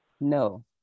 No